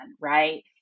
right